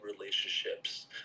relationships